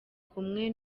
kumwe